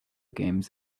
games